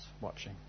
watching